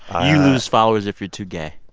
um lose followers if you're too gay?